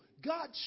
God